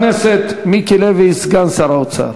חבר הכנסת מיקי לוי, סגן שר האוצר.